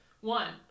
one